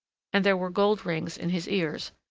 and there were gold rings in his ears,